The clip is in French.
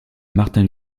martin